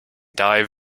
dive